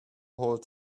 hold